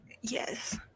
Yes